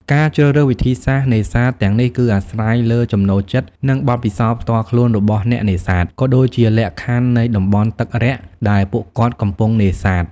ការជ្រើសរើសវិធីសាស្ត្រនេសាទទាំងនេះគឺអាស្រ័យលើចំណូលចិត្តនិងបទពិសោធន៍ផ្ទាល់ខ្លួនរបស់អ្នកនេសាទ ក៏ដូចជាលក្ខខណ្ឌនៃតំបន់ទឹករាក់ដែលពួកគាត់កំពុងនេសាទ។